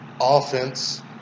offense